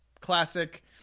classic